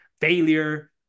failure